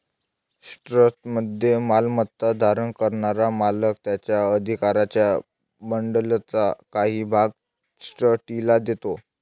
ट्रस्टमध्ये मालमत्ता धारण करणारा मालक त्याच्या अधिकारांच्या बंडलचा काही भाग ट्रस्टीला देतो